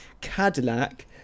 cadillac